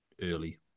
early